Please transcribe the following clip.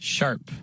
Sharp